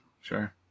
Sure